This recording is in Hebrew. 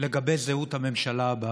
לגבי זהות הממשלה הבאה.